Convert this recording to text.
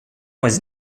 was